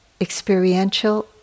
experiential